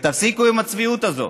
ותפסיקו עם הצביעות הזו.